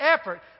effort